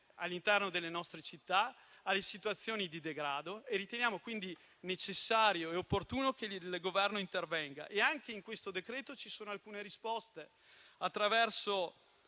all'interno delle nostre città e alle situazioni di degrado, quindi riteniamo necessario e opportuno che il Governo intervenga e in questo decreto ci sono alcune risposte: le